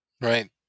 Right